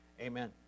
amen